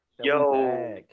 Yo